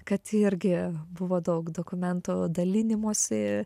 kad irgi buvo daug dokumentų dalinimosi